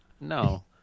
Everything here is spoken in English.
no